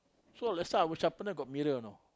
so that's why our sharpener got mirror now